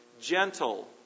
gentle